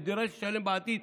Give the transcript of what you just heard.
נידרש לשלם בעתיד,